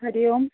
हरिः ओम्